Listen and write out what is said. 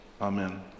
Amen